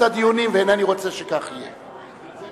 ואינני רוצה שכך יהיה.